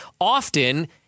often